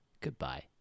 Goodbye